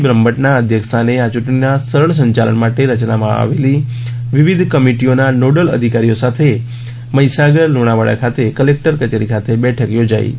બ્રહ્મભદ્દના અધયક્ષસ્થાાને આચ્રંટણીના સરળ સંચાલન માટે રચવામાં આવેલી વિવિધ કમિટિઓના નોડલ અધિકારીઓ સાથે મહીસાગર લુણાવાડા ખાતે કલેકટર કચેરી ખાતે બેઠક યોજાઇ હતી